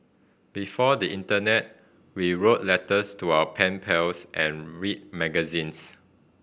before the internet we wrote letters to our pen pals and read magazines